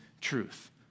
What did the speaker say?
truth